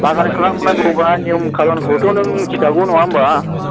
बागान खालामनांगौब्ला नियम खानुनखौथ' नों मिथिखागौ नङा होनब्ला